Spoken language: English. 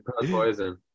poison